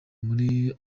muri